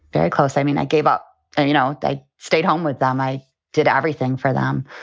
very close. i mean, i gave up and, you know, they stayed home with them. i did everything for them.